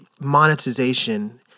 monetization